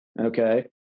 Okay